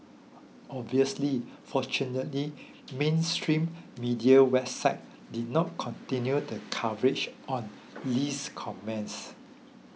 obviously fortunately mainstream media websites did not continue the coverage on Lee's comments